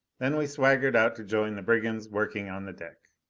then we swaggered out to join the brigands working on the deck.